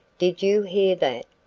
did you hear that?